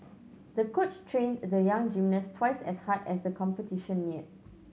the coach trained the young gymnast twice as hard as the competition neared